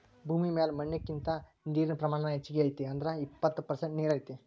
ಭೂಮಿ ಮ್ಯಾಲ ಮಣ್ಣಿನಕಿಂತ ನೇರಿನ ಪ್ರಮಾಣಾನ ಹೆಚಗಿ ಐತಿ ಅಂದ್ರ ಎಪ್ಪತ್ತ ಪರಸೆಂಟ ನೇರ ಐತಿ